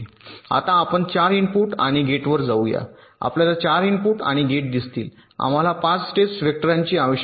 आता आपण 4 इनपुट आणि गेट वर जाऊ या आपल्याला 4 इनपुट आणि गेट दिसतील आम्हाला 5 टेस्ट व्हेक्टरांची आवश्यकता आहे